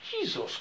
Jesus